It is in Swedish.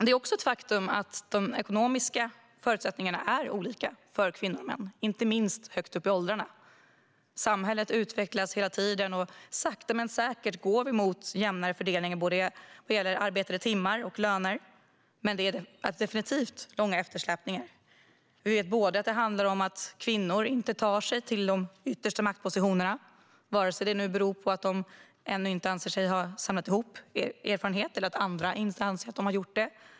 Det är också ett faktum att de ekonomiska förutsättningarna är olika för kvinnor och män, inte minst högt upp i åldrarna. Samhället utvecklas hela tiden, och sakta men säkert går vi mot jämnare fördelning, vad gäller både antalet arbetade timmar och löner. Men det är definitivt långa eftersläpningar. Kvinnor tar sig inte till de yttersta maktpositionerna. Det kan bero på att de ännu inte anser sig ha samlat ihop erfarenhet eller att andra inte anser att de har gjort det.